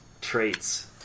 traits